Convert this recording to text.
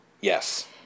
Yes